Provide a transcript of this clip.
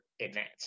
advance